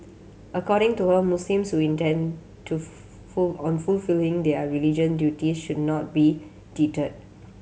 according to her Muslims who intend to on fulfilling their religious duties should not be deterred